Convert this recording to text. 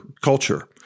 culture